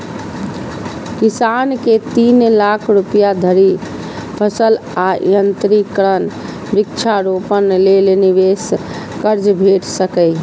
किसान कें तीन लाख रुपया धरि फसल आ यंत्रीकरण, वृक्षारोपण लेल निवेश कर्ज भेट सकैए